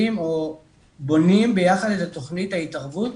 או בונים ביחד את תוכנית ההתערבות